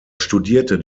studierte